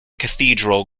cathedral